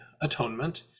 atonement